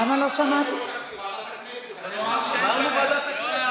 אין בעיה.